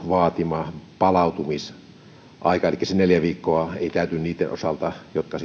vaatima palautumisaika jos se neljä viikkoa ei täyty niitten osalta jotka